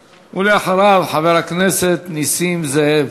ואחריו, חבר הכנסת נסים זאב.